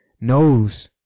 knows